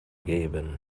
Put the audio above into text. geben